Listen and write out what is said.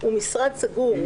הוא משרד סגור,